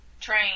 Train